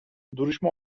duruşma